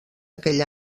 aquell